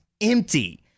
empty